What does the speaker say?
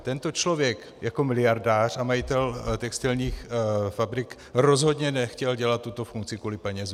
Tento člověk jako miliardář a majitel textilních fabrik rozhodně nechtěl dělat tuto funkci kvůli penězům.